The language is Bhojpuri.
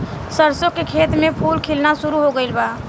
सरसों के खेत में फूल खिलना शुरू हो गइल बा